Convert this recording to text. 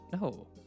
No